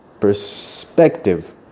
perspective